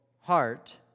heart